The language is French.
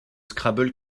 scrabble